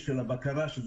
לגבי הבקרה למעשה,